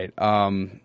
right –